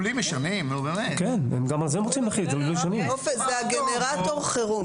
הסעיף הזה מדבר על גנרטור חירום.